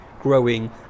growing